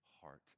heart